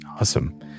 Awesome